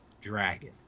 dragon